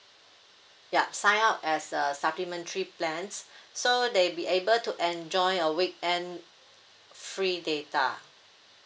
ya sign up as a supplementary plans so they'll be able to enjoy a weekend free data